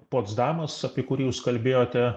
potsdamas apie kurį jūs kalbėjote